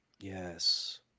Yes